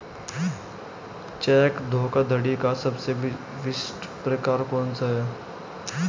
Check धोखाधड़ी का सबसे विशिष्ट प्रकार कौन सा है?